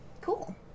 Cool